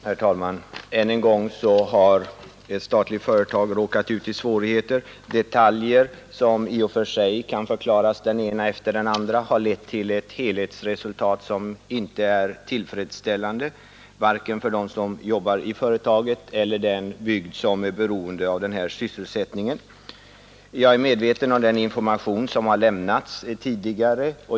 Herr talman! Än en gång har ett statligt företag råkat i svårigheter. Detaljer, som i och för sig kan förklaras, den ena efter den andra, har lett till ett helhetsresultat, som inte är tillfredsställande vare sig för dem som jobbar i företaget eller den bygd som är beroende av sysselsättningen. Jag är medveten om den information som lämnats tidigare.